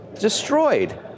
destroyed